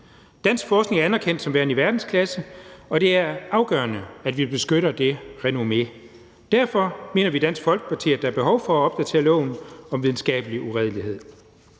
Dansk forskning er anerkendt som værende i verdensklasse, og det er afgørende, at vi beskytter det renommé. Derfor mener vi i Dansk Folkeparti, at der er behov for at opdatere loven om videnskabelig uredelighed.